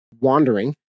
wandering